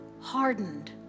hardened